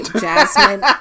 Jasmine